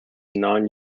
non